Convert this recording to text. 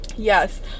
Yes